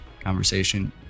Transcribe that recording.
conversation